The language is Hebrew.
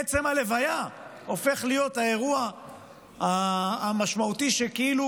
עצם הלוויה הופך להיות האירוע המשמעותי שכאילו